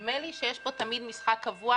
ונדמה לי שיש פה תמיד משחק קבוע